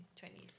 Chinese